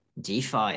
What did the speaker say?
DeFi